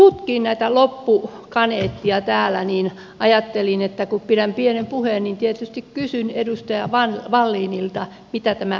mutta kun rupesin tutkimaan näitä loppukaneetteja täällä niin ajattelin että kun pidän pienen puheen tietysti kysyn edustaja wallinilta mitä tämä lopullisesti tarkoittaa